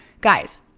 Guys